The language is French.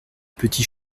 petit